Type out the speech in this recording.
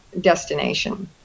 destination